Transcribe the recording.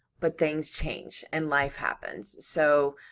but things change, and life happens, so,